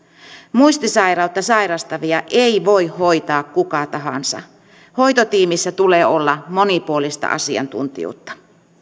muistisairautta sairastavia ei voi hoitaa kuka tahansa hoitotiimissä tulee olla monipuolista asiantuntijuutta